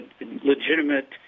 legitimate